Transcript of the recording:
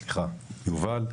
סליחה, יובל.